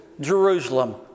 Jerusalem